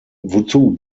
wozu